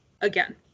again